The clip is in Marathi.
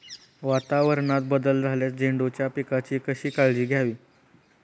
वातावरणात बदल झाल्यास झेंडूच्या पिकाची कशी काळजी घ्यावी?